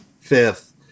fifth